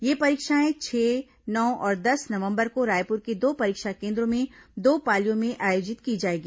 ये परीक्षाएं छह नौ और दस नवंबर को रायपुर के दो परीक्षा केन्द्रों में दो पालियों में आयोजित की जाएगी